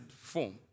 form